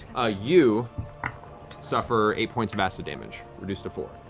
you suffer eight points of acid damage, reduced to four.